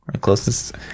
closest